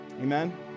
Amen